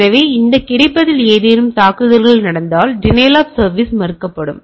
எனவே இந்த கிடைப்பதில் ஏதேனும் தாக்குதல் நடந்தால் டினைல் ஆப் சர்வீஸ் மறுக்கப்படும்